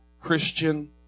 Christian